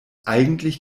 eigentlich